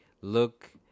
look